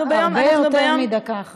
אנחנו ביום, את הרבה יותר מדקה אחרי.